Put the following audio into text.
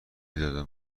دادم